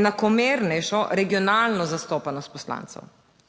enakomernejšo regionalno zastopanost poslancev.